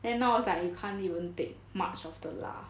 then now is like you can't even take much of the 辣